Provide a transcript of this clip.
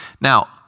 Now